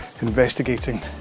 investigating